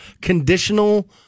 conditional